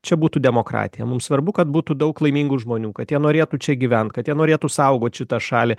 čia būtų demokratija mum svarbu kad būtų daug laimingų žmonių kad jie norėtų čia gyvent kad jie norėtų saugot šitą šalį